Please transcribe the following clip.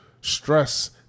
stress